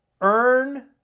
earn